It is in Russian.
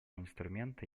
инструмента